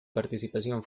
participación